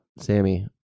Sammy